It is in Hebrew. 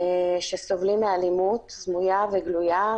שסובלים מאלימות סמויה וגלויה,